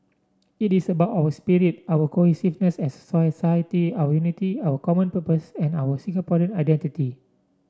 it is about our spirit our cohesiveness as society our unity our common purpose and our Singaporean identity